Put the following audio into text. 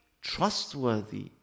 trustworthy